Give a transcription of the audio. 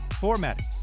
formatting